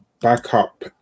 backup